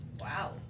Wow